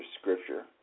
Scripture